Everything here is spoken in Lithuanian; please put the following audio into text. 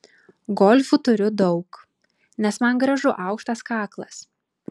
golfų turiu daug nes man gražu aukštas kaklas